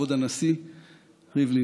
כבוד הנשיא ריבלין,